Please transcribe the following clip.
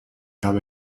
habe